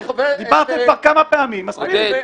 דיברתם כבר כמה פעמים, מספיק.